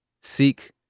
Seek